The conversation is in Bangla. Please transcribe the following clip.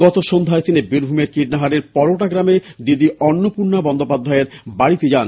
গতসন্ধ্যায় তিনি বীরভূমের কীর্ণাহারের পরোটা গ্রামে দিদি অন্নপূর্ণা বন্দ্যোপাধ্যায়ের বাড়িতে যান